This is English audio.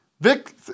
Vic